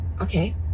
Okay